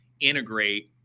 integrate